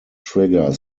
trigger